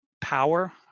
power